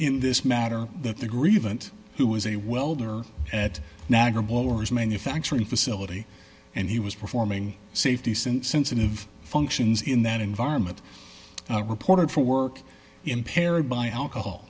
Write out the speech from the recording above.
in this matter that the grievance who was a welder at niagara blowers manufacturing facility and he was performing safety since sensitive functions in that environment reported for work impaired by alcohol